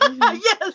Yes